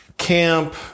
camp